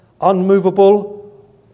unmovable